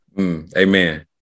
Amen